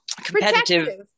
competitive